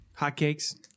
Hotcakes